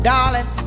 Darling